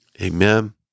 Amen